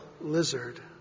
lizard